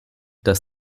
dass